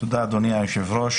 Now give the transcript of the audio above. תודה, אדוני היושב-ראש.